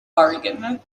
oregon